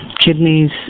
Kidneys